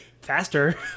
faster